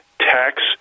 tax